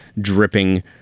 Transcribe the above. dripping